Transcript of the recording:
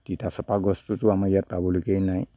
তিতাচপা গছটোতো আমাৰ ইয়াত পাবলৈকে নাই